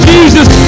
Jesus